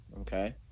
Okay